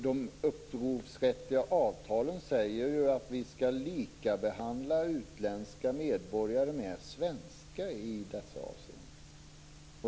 De upphovsrättsliga avtalen säger att utländska medborgare skall likabehandlas med svenska i dessa avseenden.